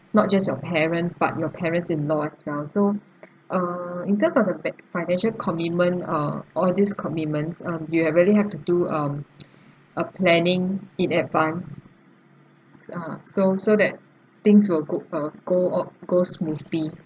not just your parents but your parents in law as well so uh in terms of uh be~ financial commitment uh all these commitments um you've really have to do um a planning in advance uh so so that things will go uh go uh go smoothly